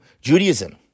Judaism